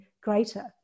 greater